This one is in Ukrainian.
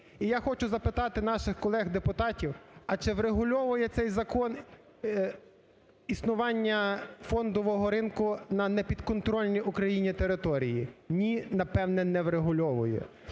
І я хочу запитати наших колег депутатів, а чи врегульовує цей закон існування фондового ринку на непідконтрольній Україні території. Ні, напевно, не врегульовує.